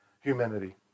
humanity